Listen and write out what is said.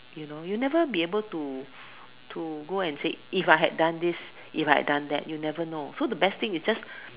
you know you never be able to to go and say if I had done this if I had done that you never know so the best thing is just